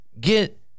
Get